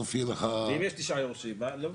אם יש תשעה יורשים, מה?